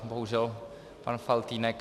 Bohužel pan Faltýnek...